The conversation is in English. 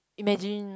imagine